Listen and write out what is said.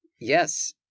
Yes